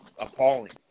appalling